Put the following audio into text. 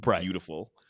beautiful